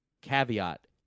Caveat